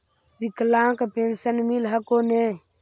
विकलांग पेन्शन मिल हको ने?